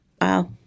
Wow